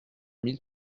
mille